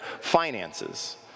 finances